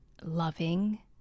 loving